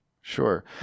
Sure